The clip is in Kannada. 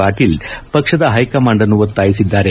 ಪಾಟೀಲ್ ಪಕ್ಷದ ಹೈಕಮಾಂಡ್ ಅನ್ನು ಒತ್ತಾಯಿಸಿದ್ದಾರೆ